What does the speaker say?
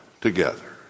together